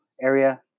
area